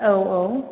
औ औ